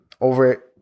over